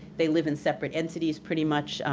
they live in separate entities pretty much,